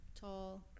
tall